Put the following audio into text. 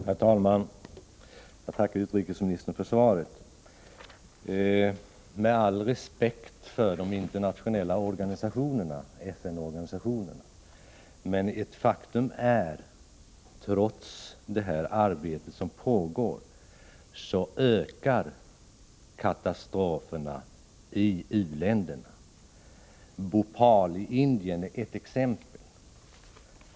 Herr talman! Jag tackar utrikesministern för svaret. Jag har all respekt för de internationella FN-organisationerna, men faktum är att katastroferna trots det arbete som pågår ökar i u-länderna. Bhopal i Indien är ett exempel.